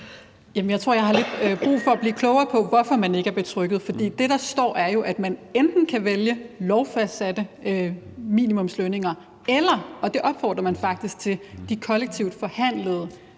Jeg tror, jeg har lidt brug for at blive klogere på, hvorfor man ikke er betrygget, for det, der står, er jo, at man enten kan vælge lovfastsatte minimumslønninger eller, og det opfordres der faktisk til, de kollektivt forhandlede